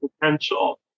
potential